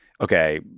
okay